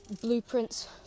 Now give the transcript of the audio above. blueprints